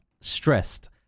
stressed